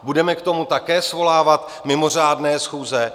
Budeme k tomu také svolávat mimořádné schůze?